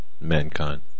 mankind